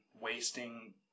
wasting